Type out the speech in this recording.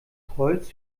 holz